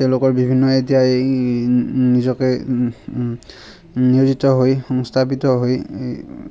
তেওঁলোকৰ বিভিন্ন এতিয়া এই নিজকে নিয়োজিত হৈ সংস্থাপিত হৈ